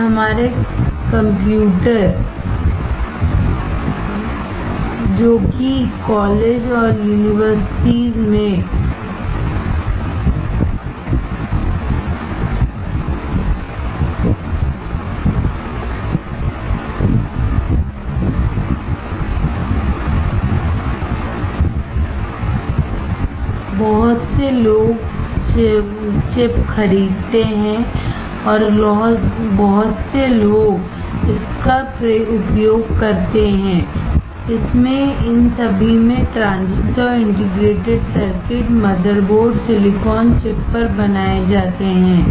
और हमारे कंप्यूटर में इन सभी ट्रांजिस्टर और इंटीग्रेटेड सर्किटमदरबोर्ड सिलिकॉन चिप पर बनाए जाते हैं